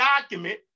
document